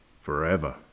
forever